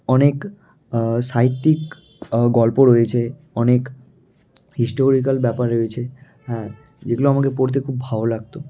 অনেক সাহিত্যিক গল্প রয়েছে অনেক হিস্টোরিকাল ব্যাপার রয়েছে হ্যাঁ যেগুলো আমাকে পড়তে খুব ভালো লাগতো